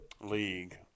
league